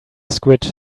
squid